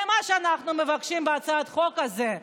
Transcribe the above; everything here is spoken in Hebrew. זה מה שאנחנו מבקשים בהצעת החוק הזאת.